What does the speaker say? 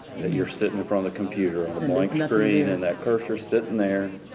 you're sitting in front of the computer on a blank screen and that curser's sitting there,